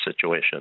situation